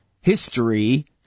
history